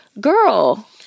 girl